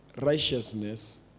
righteousness